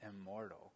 immortal